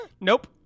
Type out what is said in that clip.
Nope